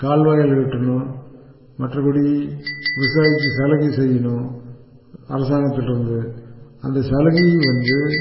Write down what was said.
கால்வாய்கள் வெட்டணும் மற்றபடி விவசாயிக்கு சலுகை செய்யணும் அரசாங்கத்துலிருந்து அந்த சலுகையும் வந்து